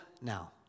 now